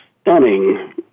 stunning